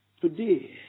Today